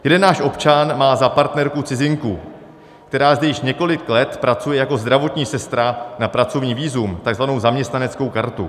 Jeden náš občan má za partnerku cizinku, která zde již několik let pracuje jako zdravotní sestra na pracovní vízum, tzv. zaměstnaneckou kartu.